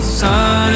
sun